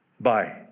Bye